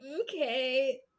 okay